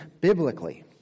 biblically